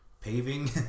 paving